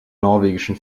norwegischen